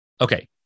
Okay